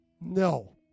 No